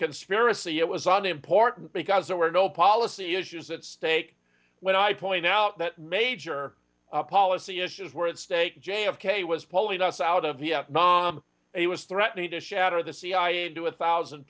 conspiracy it was unimportant because there were no policy issues at stake when i point out that major policy issues were at stake j f k was pulling us out of vietnam he was threatening to shatter the cia to a thousand